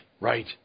right